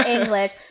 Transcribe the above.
English